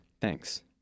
Thanks